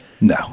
No